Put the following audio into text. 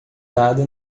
dado